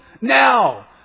now